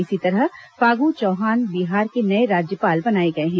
इसी तरह फागु चौहान बिहार के नए राज्यपाल बनाए गए हैं